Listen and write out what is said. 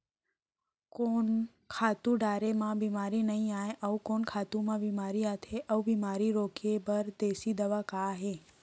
कोन खातू डारे म बेमारी नई आये, अऊ कोन खातू म बेमारी आथे अऊ बेमारी रोके बर देसी दवा का हे?